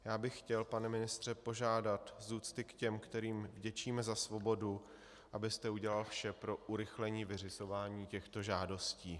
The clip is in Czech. Já bych chtěl, pane ministře, požádat z úcty k těm, kterým vděčíme za svobodu, abyste udělal vše pro urychlení vyřizování těchto žádostí.